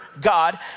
God